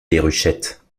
déruchette